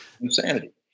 insanity